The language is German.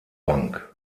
bank